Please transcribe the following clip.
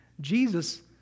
Jesus